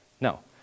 No